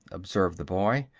observed the boy.